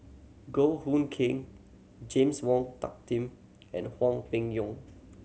Goh Hood Keng James Wong Tuck Tim and Hwang Peng Yuan